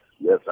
Yes